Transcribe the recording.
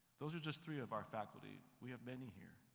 those are just three of our faculty. we have many here.